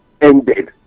ended